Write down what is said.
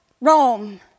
Rome